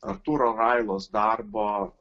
artūro railos darbą